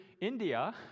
India